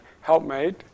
helpmate